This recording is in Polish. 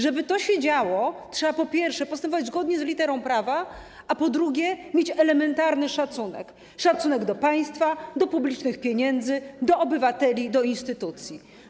Żeby to się działo, trzeba, po pierwsze, postępować zgodnie z literą prawa, a po drugie, mieć elementarny szacunek do państwa, publicznych pieniędzy, obywateli i instytucji.